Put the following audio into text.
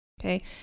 okay